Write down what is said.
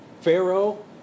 Pharaoh